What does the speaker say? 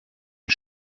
den